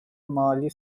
mali